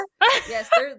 Yes